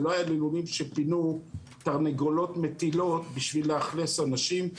זה לא היה בלולים שפינו תרנגולות מטילות בשביל לאכלס אנשים.